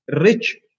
rich